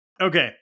Okay